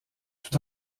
tout